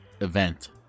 event